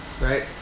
right